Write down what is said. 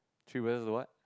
she wear a what